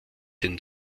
den